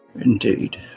indeed